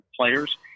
players